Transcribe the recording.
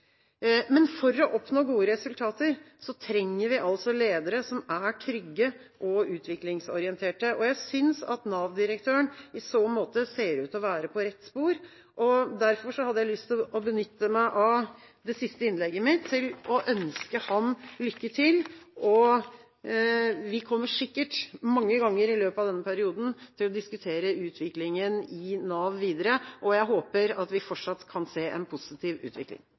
Men for å oppnå gode resultater trenger vi altså ledere som er trygge og utviklingsorienterte. Jeg synes at Nav-direktøren i så måte ser ut til å være på rett spor, og derfor hadde jeg lyst til å benytte meg av det siste innlegget mitt til å ønske ham lykke til. Vi kommer sikkert mange ganger i løpet av denne perioden til å diskutere utviklinga i Nav videre, og jeg håper at vi fortsatt kan se en positiv utvikling.